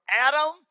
Adam